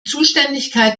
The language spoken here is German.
zuständigkeit